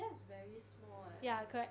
that's very small eh